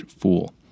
fool